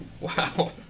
Wow